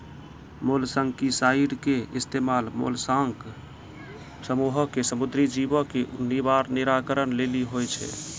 molluscicide के इस्तेमाल mollusc समूहो के समुद्री जीवो के निराकरण लेली होय छै